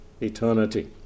eternity